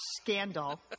Scandal